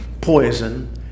poison